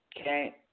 Okay